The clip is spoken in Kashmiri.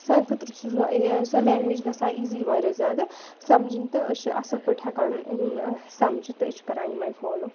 سانہِ خٲطرٕ چھُ سُہ سۄ لینٛگویج گَژھان ایٖزی وارِیاہ زیادٕ سَمجِنۍ تہٕ أسۍ چھِ اَصٕل پٲٹھۍ ہٮ۪کان یِم سَمجِتھ تہٕ أسۍ چھِ کَران یِم آے فالو